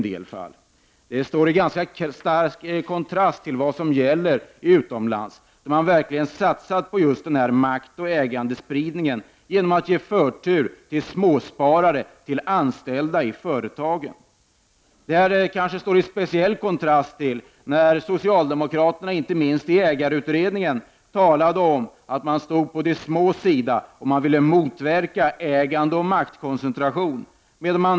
Detta står i ganska skarp kontrast till vad som skett utomlands, där man verkligen har satsat på maktoch ägandespridning genom att ge förtur till småsparare och till anställda i företagen. Agerandet står i speciellt skarp kontrast till socialdemokraternas uttalanden i ägarutredningen, där man talade om att man stod på de smås sida och om att man ville motverka ägandeoch maktkoncentration.